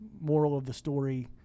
moral-of-the-story